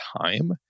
time